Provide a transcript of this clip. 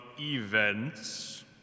events